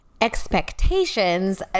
expectations